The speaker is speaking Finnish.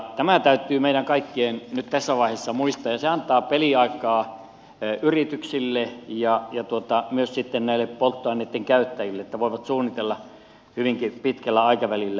tämä täytyy meidän kaikkien nyt tässä vaiheessa muistaa ja se antaa peliaikaa yrityksille ja myös polttoaineitten käyttäjille että voivat suunnitella hyvinkin pitkällä aikavälillä